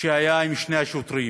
שהיה עם שני השוטרים